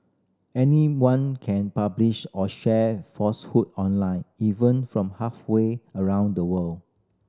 anyone can publish or share falsehood online even from halfway around the world